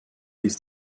ist